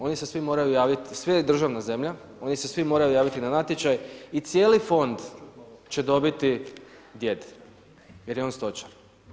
Oni se svi moraju javiti, sve je državna zemlja, oni se svi moraju javiti na natječaj i cijeli fond će dobiti djed, jer je on stočar.